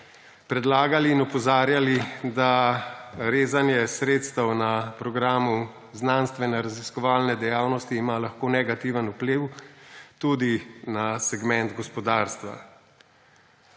predlagali in opozarjali, da ima rezanje sredstev na programu znanstvenoraziskovalne dejavnosti lahko negativen vpliv tudi na segment gospodarstva.